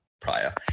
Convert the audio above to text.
prior